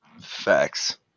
Facts